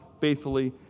faithfully